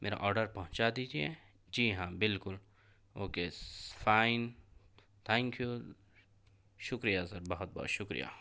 میرا آڈر پہنچا دیجیے جی ہاں بالکل اوکے فائن تھینک یو شکریہ سر بہت بہت شکریہ